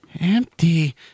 empty